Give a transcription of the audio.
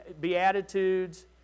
Beatitudes